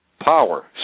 Power